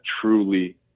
truly